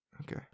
Okay